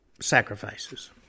sacrifices